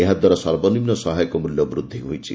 ଏହାଦ୍ୱାରା ସର୍ବନିମ୍ନ ସହାୟକ ମୂଲ୍ୟ ବୃଦ୍ଧି ହୋଇଛି